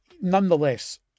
nonetheless